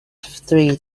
three